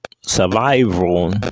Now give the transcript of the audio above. survival